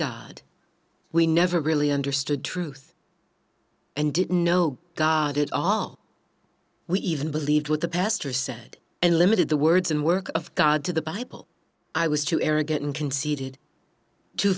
god we never really understood truth and didn't know god it all we even believed what the pastor said and limited the words and work of god to the bible i was too arrogant and conceded to